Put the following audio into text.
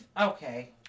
Okay